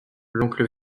l’oncle